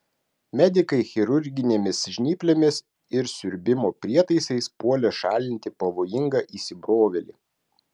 medikai chirurginėmis žnyplėmis ir siurbimo prietaisais puolė šalinti pavojingą įsibrovėlį